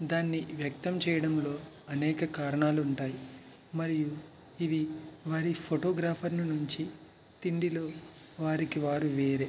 దాన్ని వ్యక్తం చేయడంలో అనేక కారణాలు ఉంటాయి మరియు ఇవి వారి ఫోటోగ్రాఫర్ల నుంచి తిండిలో వారికి వారు వేరే